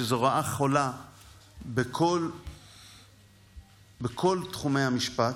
שזו רעה חולה בכל תחומי המשפט,